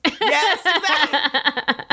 Yes